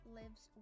lives